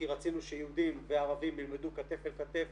כי רצינו שיהודים וערבים ילמדו כתף אל כתף